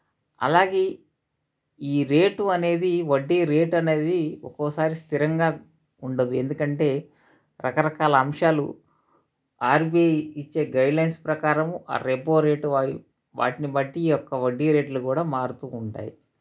అలాగే ఈ రేటు అనేది వడ్డీ రేటు అనేది ఒక్కోసారి స్థిరంగా ఉండదు ఎందుకంటే రకరకాల అంశాలు ఆర్ బి ఐ ఇచ్చే గైడ్లైన్స్ ప్రకారము ఆ రెపో రేటు అవి వాటిని బట్టి ఈ యొక్క వడ్డీ రేట్లు కూడా మారుతూ ఉంటాయి